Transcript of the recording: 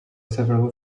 several